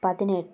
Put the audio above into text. പതിനെട്ട്